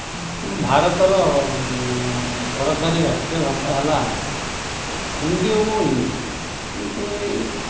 ଭାରତର ସରକାରୀ ରାଷ୍ଠ୍ରୀୟ ଭାଷା ହେଲା ହିନ୍ଦୀ ଏବଂ ଇଂଲିଶି କିନ୍ତୁ ଏଇ